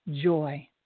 joy